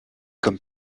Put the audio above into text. comme